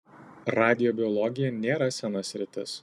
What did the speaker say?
radiobiologija nėra sena sritis